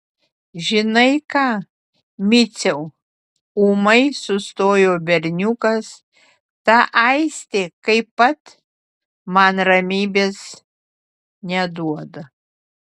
žinai ką miciau ūmai sustojo berniukas ta aistė kaip pat man ramybės neduoda